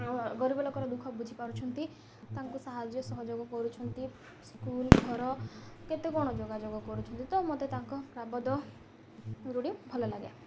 ଗରିବ ଲୋକର ଦୁଃଖ ବୁଝିପାରୁଛନ୍ତି ତାଙ୍କୁ ସାହାଯ୍ୟ ସହଯୋଗ କରୁଛନ୍ତି ସ୍କୁଲ ଘର କେତେ କ'ଣ ଯୋଗାଯୋଗ କରୁଛନ୍ତି ତ ମୋତେ ତାଙ୍କ ଭଲ ଲାଗେ